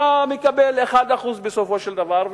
אתה מקבל 1% בסופו של דבר,